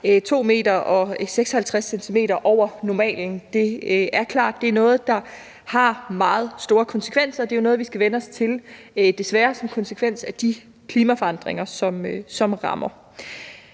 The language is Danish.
m over normalen. Det er klart, at det er noget, der har meget store konsekvenser, og det er jo desværre noget, som vi skal vænne os til som konsekvens af de klimaforandringer, som rammer.